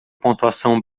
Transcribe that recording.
pontuação